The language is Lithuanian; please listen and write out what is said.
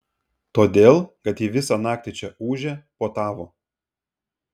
todėl kad ji visą naktį čia ūžė puotavo